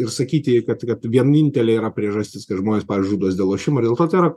ir sakyti kad vienintelė yra priežastis kad žmonės žudosi dėl lošimo dėl ko tai yra